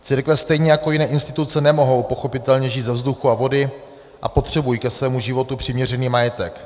Církve stejně jako jiné instituce nemohou pochopitelně žít ze vzduchu a vody a potřebují ke svému životu přiměřený majetek.